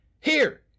Here